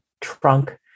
trunk